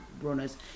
runners